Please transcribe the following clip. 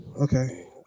Okay